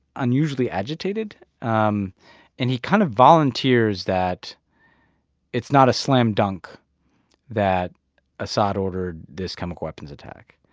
unusually agitated, um and he kind of volunteers that it's not a slam dunk that assad ordered this chemical weapons attack.